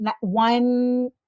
one